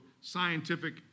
scientific